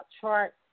chart